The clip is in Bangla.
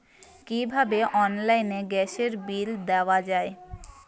কিভাবে অনলাইনে গ্যাসের বিল দেওয়া যায়?